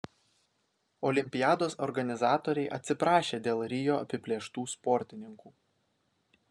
olimpiados organizatoriai atsiprašė dėl rio apiplėštų sportininkų